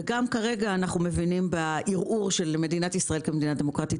וגם כרגע אנחנו מבינים בערעור של מדינת ישראל כמדינה דמוקרטית.